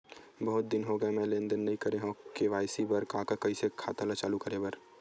बहुत दिन हो गए मैं लेनदेन नई करे हाव के.वाई.सी बर का का कइसे खाता ला चालू करेबर?